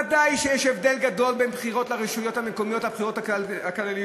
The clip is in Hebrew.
ודאי שיש הבדל גדול בין בחירות לרשויות המקומיות לבחירות הכלליות,